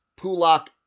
Pulak